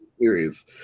series